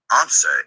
Answer